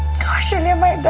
kaushalya